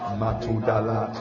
matudala